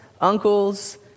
uncles